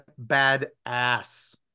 badass